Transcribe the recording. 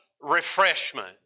refreshment